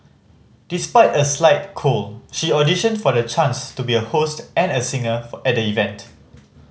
despite a slight cold she auditioned for the chance to be a host and a singer at the event